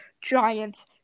Giant